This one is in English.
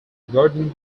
regarding